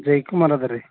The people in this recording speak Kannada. ಜೈಕುಮಾರ್ ಅದ ರೀ